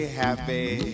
happy